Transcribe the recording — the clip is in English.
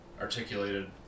articulated